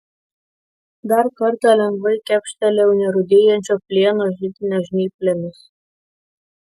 dar kartą lengvai kepštelėjau nerūdijančio plieno židinio žnyplėmis